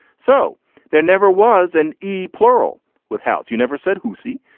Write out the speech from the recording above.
so there never was an e plural with house. you never said who c.